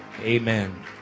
Amen